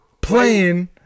Playing